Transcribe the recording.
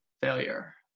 Failure